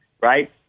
right